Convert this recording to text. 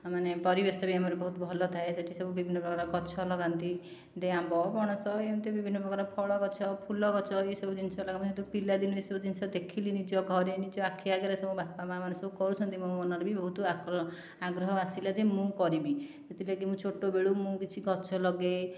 ମାନେ ପରିବେଶ ବି ଆମର ବହୁତ ଭଲ ଥାଏ ସେଠି ସବୁ ବିଭିନ୍ନ ପ୍ରକାର ଗଛ ଲଗାନ୍ତି ଆମ୍ବ ପଣସ ଏମିତି ବିଭିନ୍ନ ପ୍ରକାର ଫଳଗଛ ଫୁଲଗଛ ଏଇସବୁ ଜିନିଷ ପିଲାଦିନୁ ଏଇ ସବୁ ଜିନିଷ ଦେଖିଲି ନିଜ ଘରେ ନିଜ ଆଖିଆଗରେ ସବୁ ବାପାମାଆମାନେ ସବୁ କରୁଛନ୍ତି ମୋ' ମନରେ ବି ବହୁତ ଆଗ୍ରହ ଆସିଲା ଯେ ମୁଁ କରିବି ସେଥିଲାଗି ମୁଁ ଛୋଟବେଳୁ ମୁଁ କିଛି ଗଛ ଲଗାଇ